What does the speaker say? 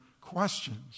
questions